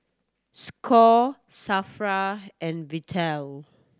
score SAFRA and Vital